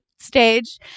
stage